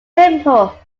simple